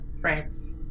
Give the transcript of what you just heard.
France